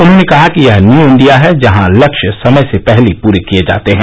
उन्होंने कहा कि यह न्यू इंडिया है जहां लक्ष्य समय से पहले पूरे किए जाते हैं